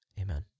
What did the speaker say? Amen